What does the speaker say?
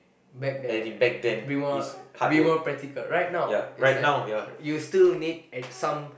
back there a bit more a bit more practical right now is that you still need at some